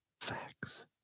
Facts